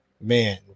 man